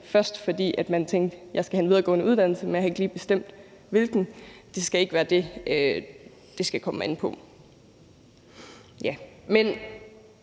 først, fordi man tænkte, at man skulle have en videregående uddannelse, men ikke lige havde besluttet hvilken, så skal det ikke være det, det skal komme an på. Men